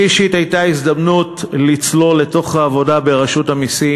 לי אישית הייתה הזדמנות לצלול לתוך העבודה ברשות המסים,